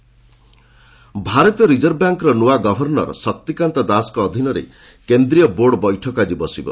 RBI board ଭାରତୀୟ reserve ବ୍ୟାଙ୍କ୍ର ନୂଆ ଗଭର୍ଣ୍ଣର ଶକ୍ତିକାନ୍ତ ଦାସଙ୍କ ଅଧୀନରେ କେନ୍ଦ୍ରୀୟ ବୋର୍ଡ ବୈଠକ ଆଜି ବସିବ